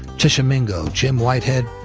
tisha mingo, jim whitehead,